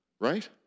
right